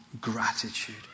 gratitude